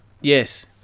yes